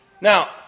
Now